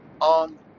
on